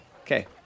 Okay